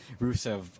Rusev